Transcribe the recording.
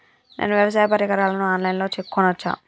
నేను వ్యవసాయ పరికరాలను ఆన్ లైన్ లో కొనచ్చా?